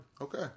Okay